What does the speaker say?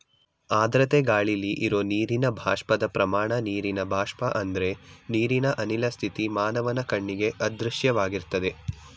ಆರ್ದ್ರತೆ ಗಾಳಿಲಿ ಇರೋ ನೀರಿನ ಬಾಷ್ಪದ ಪ್ರಮಾಣ ನೀರಿನ ಬಾಷ್ಪ ಅಂದ್ರೆ ನೀರಿನ ಅನಿಲ ಸ್ಥಿತಿ ಮಾನವನ ಕಣ್ಣಿಗೆ ಅದೃಶ್ಯವಾಗಿರ್ತದೆ